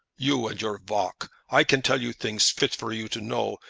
you, and your valk! i can tell you things fit for you to know,